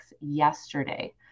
yesterday